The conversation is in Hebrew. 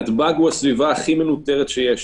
נתב"ג הוא הסביבה הכי מנוטרת שיש.